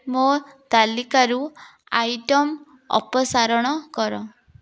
ମୋ ତାଲିକାରୁ ଆଇଟମ୍ ଅପସାରଣ କର